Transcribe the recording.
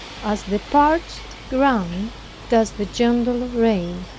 as the parched ground does the gentle rain.